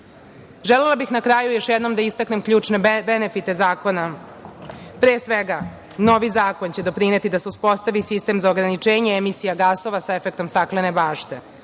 zakona. Želela bih na kraju još jednom da istaknem ključne benefite zakona, pre svega, novi zakon će doprineti da se uspostavi sistem za ograničenje emisija gasova sa efektom staklene bašte,